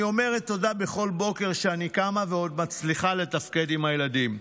אני אומרת תודה בכל בוקר שאני קמה ועוד מצליחה לתפקד עם הילדים.